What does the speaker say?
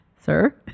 Sir